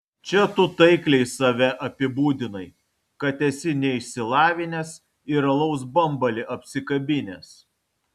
čia tu taikliai save apibūdinai kad esi neišsilavinęs ir alaus bambalį apsikabinęs